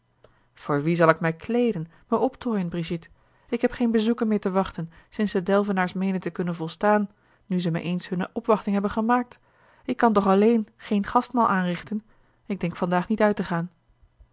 voor wie zal ik mij kleeden mij optooien brigitte ik heb geene bezoeken meer te wachten sinds de delvenaars meenen te kunnen volstaan nu zij mij eens hunne opwachting hebben gemaakt ik kan toch alleen geen gastmaal aanrichten en ik denk vandaag niet uit te gaan